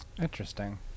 interesting